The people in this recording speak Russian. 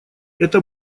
это